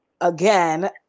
Again